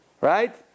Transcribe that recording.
right